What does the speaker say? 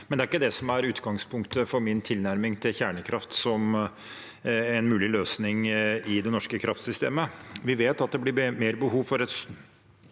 men det er ikke det som er utgangspunktet for min tilnærming til kjernekraft som en mulig løsning i det norske kraftsystemet. Vi vet at det blir mer behov – et stort